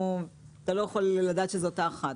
אתה לא יכול לדעת שזאת אותה אחת.